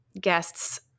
guests